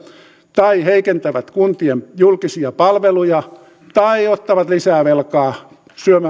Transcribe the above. tai heikentävät kuntien julkisia palveluja tai ottavat lisää velkaa